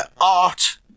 art